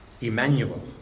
Emmanuel